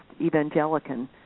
evangelical